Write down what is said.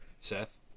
Seth